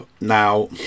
Now